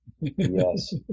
Yes